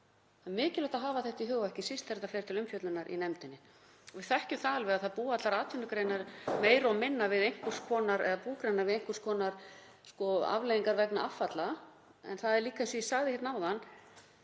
Það er mikilvægt að hafa þetta í huga og ekki síst þegar þetta fer til umfjöllunar í nefndinni. Við þekkjum það alveg að það búa allar atvinnugreinar eða búgreinar meira og minna við einhvers konar afleiðingar vegna affalla. En það er líka, eins og ég sagði hérna áðan,